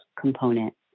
component